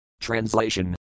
Translation